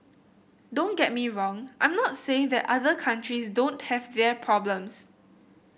don't get me wrong I'm not saying that other countries don't have their problems